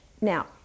now